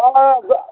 অঁ